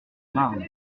marne